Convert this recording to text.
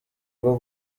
rwo